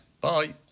Bye